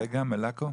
צגה מלקו.